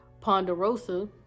ponderosa